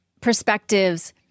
perspectives